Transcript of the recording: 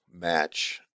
match